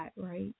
right